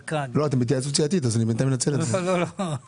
בחוק ההסדרים מובא העניין של ביטול החזר המע"מ לתיירים.